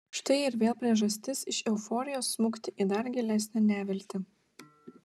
štai ir vėl priežastis iš euforijos smukti į dar gilesnę neviltį